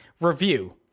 review